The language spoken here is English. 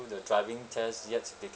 the driving test yet they can